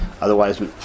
Otherwise